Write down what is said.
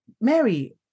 Mary